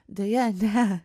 deja ne